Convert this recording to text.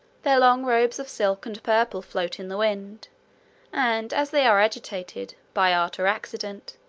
their long robes of silk and purple float in the wind and as they are agitated, by art or accident,